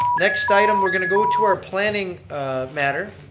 next item we're going to go to our planning matter.